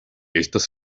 estas